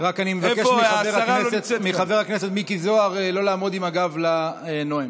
רק אני מבקש מחבר הכנסת מיקי זוהר לא לעמוד עם הגב לנואם.